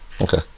okay